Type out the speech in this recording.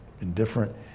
indifferent